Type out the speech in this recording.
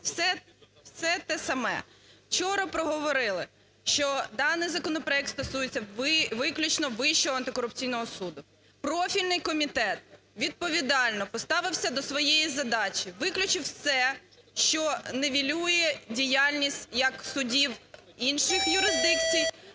Все те саме. Вчора проговорили, що даний законопроект стосується виключно Вищого антикорупційного суду. Профільний комітет відповідально поставився до своєї задачі, виключив все, що нівелює діяльність як судів інших юрисдикцій